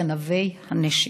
גנבי הנשק.